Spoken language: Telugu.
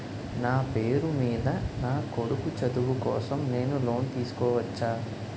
నా పేరు మీద నా కొడుకు చదువు కోసం నేను లోన్ తీసుకోవచ్చా?